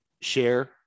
share